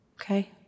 okay